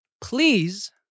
Please